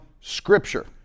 Scripture